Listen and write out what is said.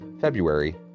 February